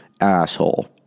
asshole